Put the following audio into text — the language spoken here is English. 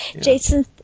Jason